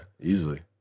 Easily